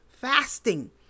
fasting